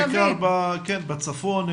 בצפון,